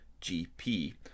GP